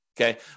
Okay